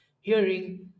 hearing